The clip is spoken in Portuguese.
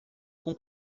com